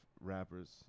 rappers